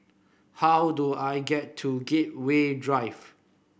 how do I get to Gateway Drive